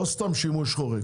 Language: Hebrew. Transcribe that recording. לא סתם שימוש חורג.